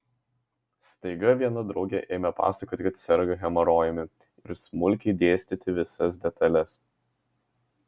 staiga viena draugė ėmė pasakoti kad serga hemorojumi ir smulkiai dėstyti visas detales